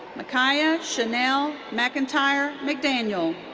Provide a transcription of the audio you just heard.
makiyah shanell mcentyre mcdaniel.